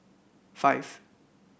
five